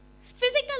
Physical